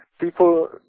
people